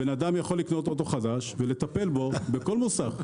בן אדם יכול לקנות אוטו חדש ולטפל בו בכל מוסך,